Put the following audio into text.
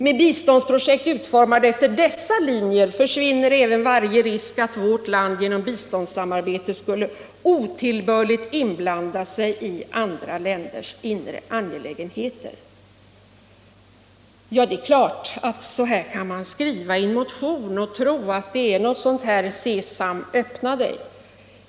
Med biståndsprojekt utformade efter dessa linjer försvinner även varje risk att vårt land genom samarbetet otillbörligt skulle blanda sig i andra länders inre angelägenheter.” Ja, det är klart att så här kan man skriva i en motion och tro att detta är ett Sesam öppna dig.